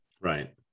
right